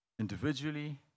individually